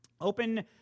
Open